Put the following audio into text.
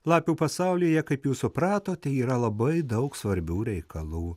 lapių pasaulyje kaip jūs supratote yra labai daug svarbių reikalų